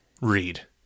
read